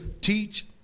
teach